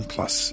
Plus